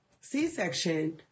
C-section